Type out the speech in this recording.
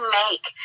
make